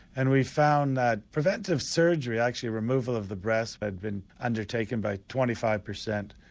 and we found that preventive surgery, actually removal of the breast, had been undertaken by twenty five percent.